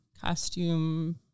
costume